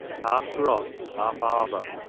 half grot, half arbour,